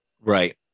right